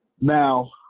Now